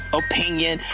opinion